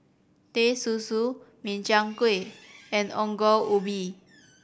Teh Susu Min Chiang Kueh and Ongol Ubi